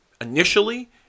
initially